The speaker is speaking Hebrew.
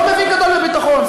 לא מבין גדול בביטחון,